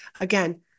Again